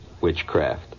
witchcraft